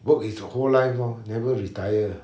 work his whole life lor never retire